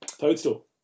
Toadstool